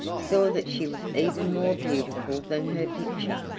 saw that she was even more beautiful than her picture,